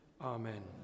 amen